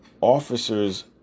officers